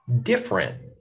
different